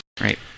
Right